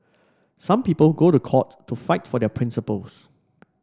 some people go to court to fight for their principles